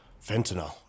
fentanyl